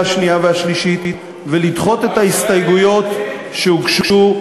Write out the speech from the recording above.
השנייה והשלישית ולדחות את ההסתייגויות שהוגשו,